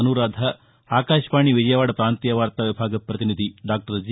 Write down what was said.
అసూరాధ ఆకాశవాణి విజయవాడ ప్రాంతీయ వార్తా విభాగ పతినిధి డాక్టర్ జి